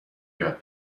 یاد